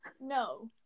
No